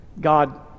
God